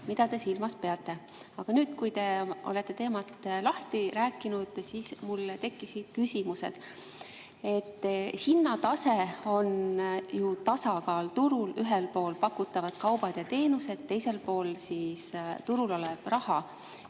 mida te silmas peate. Aga nüüd, kui te olete teemat lahti rääkinud, mul tekkisid küsimused. Hinnatase on ju tasakaal turul: ühelt poolt pakutavad kaubad ja teenused, teisel pool turul olev raha.